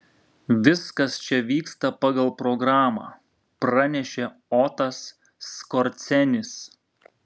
viskas čia vyksta pagal programą pranešė otas skorcenis